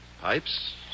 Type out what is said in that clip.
Pipes